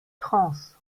trance